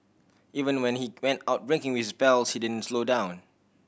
even when he went out drinking with pals he didn't slow down